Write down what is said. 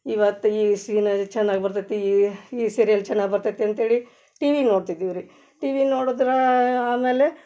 ಇವತ್ತು ಈ ಸೀನ್ ಚೆನ್ನಾಗಿ ಬರ್ತೈತಿ ಈ ಸೀರಿಯಲ್ ಚೆನ್ನಾಗಿ ಬರ್ತೈತಿ ಅಂತ್ಹೇಳಿ ಟಿವಿ ನೋಡ್ತಿದ್ದಿವಿ ರೀ ಟಿವಿ ನೋಡುದ್ರೆ ಆಮೇಲೆ